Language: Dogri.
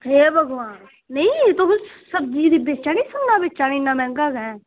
हे भगवान तुस सब्ज़ी बेचा नै जां सुन्ना बेचा नै इन्ना मैहंगा केंह्